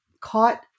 caught